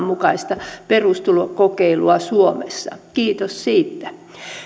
mukaista perustulokokeilua suomessa kiitos siitä